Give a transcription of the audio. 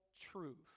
truth